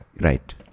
right